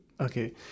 Okay